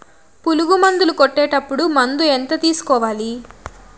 పులుగు మందులు కొట్టేటప్పుడు మందు ఎంత తీసుకురావాలి?